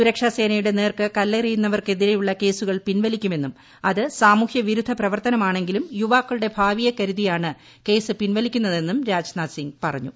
സുരക്ഷാസേനയുടെ നേർക്ക് കല്ലെറിയുന്നവർക്കെതിരെയുള്ള കേസുകൾ പിൻവലിക്കുമെന്നും അത് സാമൂഹൃവിരുദ്ധ പ്രവർത്തനമാണെങ്കിലും യുവാക്കളുടെ ഭാവിയെക്കരുതിയാണ് കേസ് പിൻവലിക്കുന്നതെന്നും രാജ്നാഥ് സിംഗ് പറഞ്ഞു